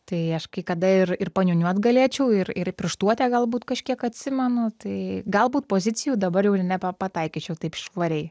tai aš kai kada ir ir paniūniuot galėčiau ir ir pirštuotę galbūt kažkiek atsimenu tai galbūt pozicijų dabar jau ir nebepataikyčiau taip švariai